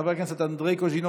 חבר הכנסת יאיר לפיד,